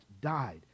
died